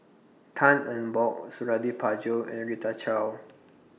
Tan Eng Bock Suradi Parjo and Rita Chao